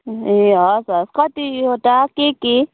ए हवस् हवस् कतिवटा के के